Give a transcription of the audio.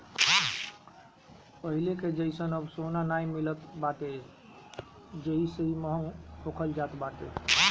पहिले कअ जइसन अब सोना नाइ मिलत बाटे जेसे इ महंग होखल जात बाटे